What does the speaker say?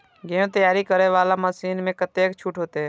गेहूं तैयारी करे वाला मशीन में कतेक छूट होते?